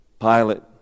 Pilate